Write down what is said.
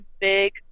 big